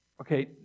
Okay